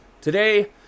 today